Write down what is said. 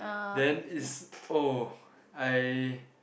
then it's oh I